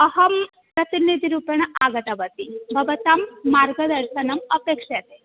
अहं प्रतिनिधिरूपेण आगतवती भवतां मार्गदर्शनम् अपेक्ष्यते